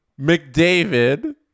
McDavid